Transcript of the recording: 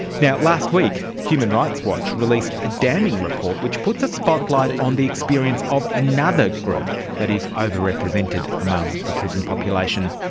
yeah last week human rights watch released a damning report which puts a spotlight on the experience of another group that is overrepresented among the prison population.